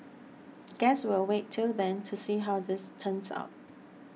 guess we'll wait till then to see how this turns out